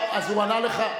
אז הוא ענה לך,